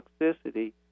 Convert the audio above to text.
toxicity